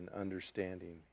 understanding